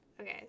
Okay